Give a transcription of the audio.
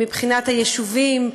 מבחינת היישובים,